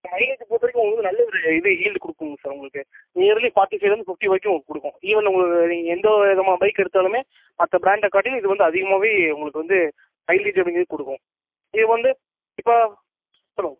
இப்போ மைலேஜை பொறுத்த வரைக்கும் உங்களுக்கு வந்து நல்ல ஒரு இது ஈல்டு கொடுக்குங்க சார் உங்களுக்கு நியர்லி ஃபார்ட்டி ஃபைவ்லேந்து ஃபிஃப்டி வரைக்கும் கொடுக்கும் ஈவன் உங்களுக்கு நீங்கள் எந்த விதமான பைக் எடுத்தாலுமே மற்ற பிராண்டை காட்டிலும் இது வந்து அதிகமாகவே உங்களுக்கு வந்து மைலேஜ் அப்படிங்குறது கொடுக்கும் இது வந்து இப்போ சொல்லுங்கள்